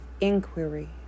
Inquiry